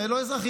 לא אזרחים,